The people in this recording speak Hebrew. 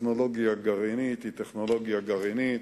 טכנולוגיה גרעינית היא טכנולוגיה גרעינית.